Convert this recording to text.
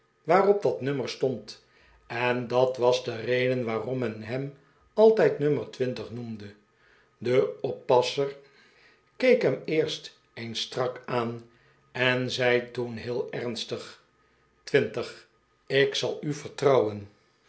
waarop dat nummer stbnd en dat was de reden waarom men hem altijd nummer twintig noemde de oppasser keek hem eerst eens strak aan en zei toen heel ernstig twintig ik zal u vertrouwenj